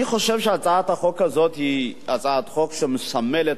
אני חושב שהצעת החוק הזאת היא הצעת חוק שמסמלת